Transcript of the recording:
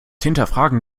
hinterfragen